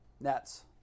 Nets